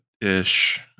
ish